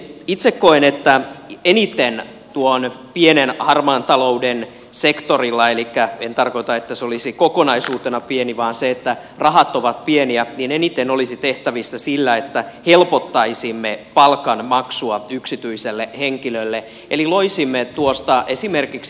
itse koen että tuon pienen harmaan talouden sektorilla en tarkoita että se olisi kokonaisuutena pieni vaan sitä että rahat ovat pieniä eniten olisi tehtävissä sillä että helpottaisimme palkanmaksua yksityiselle henkilölle eli loisimme esimerkiksi palkka